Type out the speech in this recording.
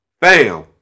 bam